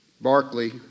Barclay